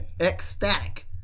Ecstatic